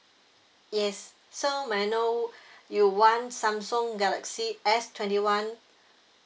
yes so may I know you want Samsung galaxy S twenty one